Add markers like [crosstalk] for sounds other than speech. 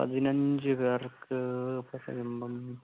പതിനഞ്ചുപേർക്ക് [unintelligible]